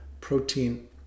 protein